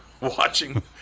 watching